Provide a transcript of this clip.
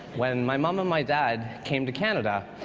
when my mom and my dad came to canada.